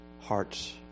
hearts